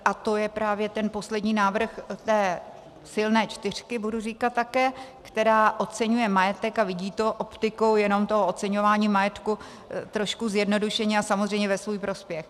A to je právě ten poslední návrh té silné čtyřky, budu říkat také, která oceňuje majetek a vidí to optikou jenom toho oceňování majetku trošku zjednodušeně a samozřejmě ve svůj prospěch.